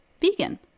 vegan